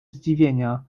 zdziwienia